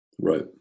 Right